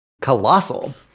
colossal